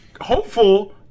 hopeful